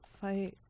fight